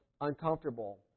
uncomfortable